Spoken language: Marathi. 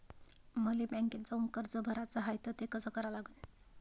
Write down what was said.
मले बँकेत जाऊन कर्ज भराच हाय त ते कस करा लागन?